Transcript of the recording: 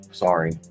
Sorry